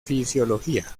fisiología